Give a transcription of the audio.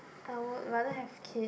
I would rather have kid